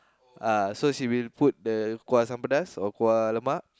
uh so she will put the kuah asam pedas or kuah lemak